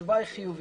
התשובה היא חיובית.